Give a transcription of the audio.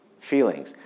feelings